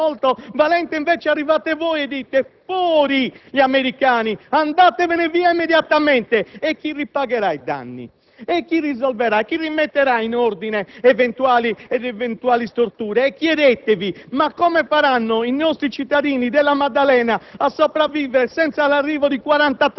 insieme agli Stati Uniti, quindi con un atto di politica estera molto valente. Invece arrivate voi e dite: fuori gli americani! Andatevene via immediatamente! Chi pagherà i danni? Chi risolverà, chi rimetterà in ordine eventuali storture? Chiedetevi: